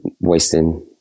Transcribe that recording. wasting